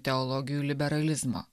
teologijų liberalizmo